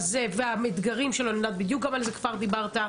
ואני גם יודעת בדיוק על איזה כפר דיברת.